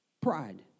pride